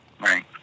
Right